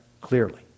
clearly